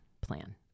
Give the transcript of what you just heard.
plan